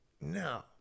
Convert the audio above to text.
No